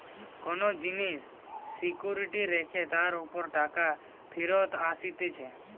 কোন জিনিস সিকিউরিটি রেখে তার উপর টাকা ফেরত আসতিছে